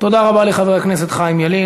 תודה רבה לחבר הכנסת חיים ילין.